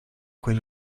quel